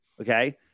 Okay